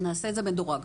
נעשה את זה מודרג,